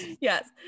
yes